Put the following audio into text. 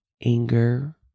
anger